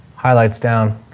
highlights down